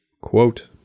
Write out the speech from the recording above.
quote